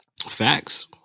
Facts